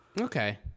Okay